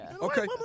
Okay